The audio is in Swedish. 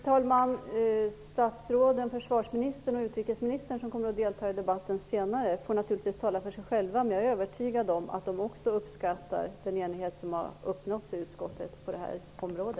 Fru talman! Försvarsministern och utrikesministern, som kommer att delta i debatten senare, får naturligtvis tala för sig själva, men jag är övertygad om att de också uppskattar den enighet som har uppnåtts i utskottet på detta område.